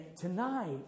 tonight